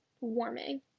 warming